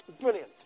Brilliant